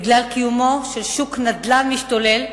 בגלל קיומו של שוק נדל"ן משתולל,